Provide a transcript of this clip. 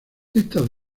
estas